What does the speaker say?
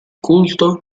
culto